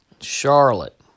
Charlotte